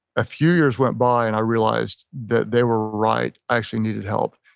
a few years went by and i realized that they were right. i actually needed help.